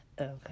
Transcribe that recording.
Okay